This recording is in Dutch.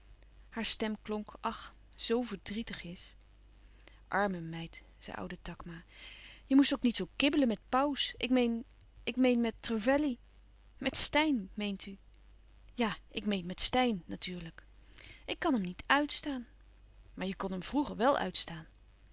haar stem klonk ach zoo verdrietigjes arme meid zei oude takma je moest ook niet zoo kibbelen met pauws ik meen ik meen met trevelley met steyn meent u ja ik meen met steyn natuurlijk ik kan hem niet uitstaan louis couperus van oude menschen de dingen die voorbij gaan maar je kon hem vroeger wel uitstaan